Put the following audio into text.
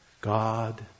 God